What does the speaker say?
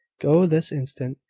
go this instant.